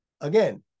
Again